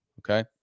okay